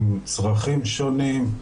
עם צרכים שונים,